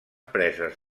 preses